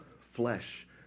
flesh